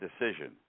decision